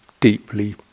deeply